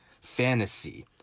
fantasy